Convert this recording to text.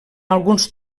alguns